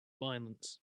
violence